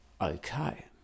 Okay